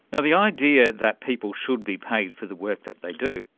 and the idea that people should be paid for the work that they do,